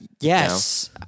Yes